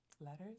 Letters